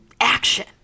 action